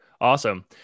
Awesome